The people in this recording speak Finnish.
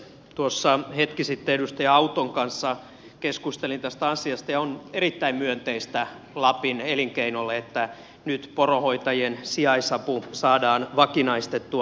tuossa hetki sitten edustaja autton kanssa keskustelin tästä asiasta ja on erittäin myönteistä lapin elinkeinolle että nyt poronhoitajien sijaisapu saadaan vakinaistettua